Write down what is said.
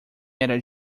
era